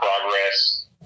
progress